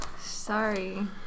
Sorry